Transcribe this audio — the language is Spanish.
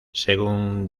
según